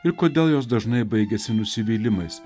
ir kodėl jos dažnai baigiasi nusivylimais